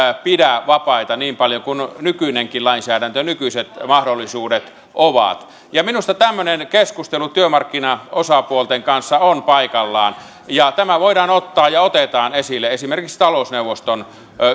pidä vapaita niin paljon kuin nykyinenkin lainsäädäntö sallii kuin mitkä nykyiset mahdollisuudet ovat minusta tämmöinen keskustelu työmarkkinaosapuolten kanssa on paikallaan tämä voidaan ottaa ja otetaan esille esimerkiksi talousneuvoston